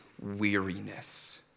weariness